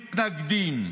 מתנגדים.